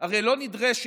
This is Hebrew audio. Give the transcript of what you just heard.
הרי לא נדרשת,